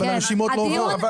אבל אנשים עוד לא -- הדיון מיותר,